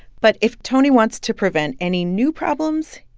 but if tony wants to prevent any new problems,